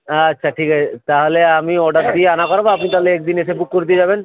আচ্ছা ঠিক আছে তাহলে আমি অডার দিয়ে আনা করাবো আপনি তাহলে এক দিন এসে বুক করে দিয়ে যাবেন